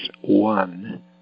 one